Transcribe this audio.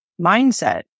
mindset